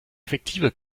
effektiver